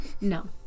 No